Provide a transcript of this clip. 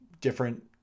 different